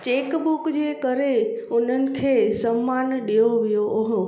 chequebook जे करे उन्हनि खे सम्मान ॾियो वियो हुओ